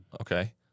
Okay